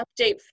update